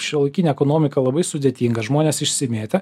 šiuolaikinė ekonomika labai sudėtinga žmonės išsimėtę